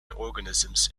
organisms